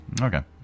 Okay